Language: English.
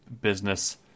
business